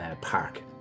park